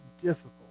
difficult